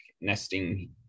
nesting